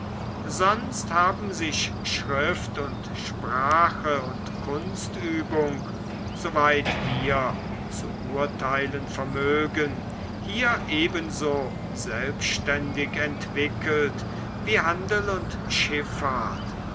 sonst haben sich schrift und sprache und kunstübung soweit wir zu urteilen vermögen hier ebenso selbständig entwickelt wie handel und schiffahrt